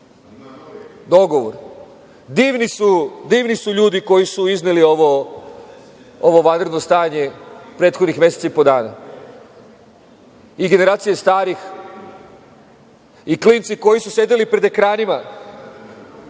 dogovor. Divni su ljudi koji su izneli ovo vanredno stanje prethodnih mesec i po dana. Generacije starih i klinci koji su sedeli pred ekranima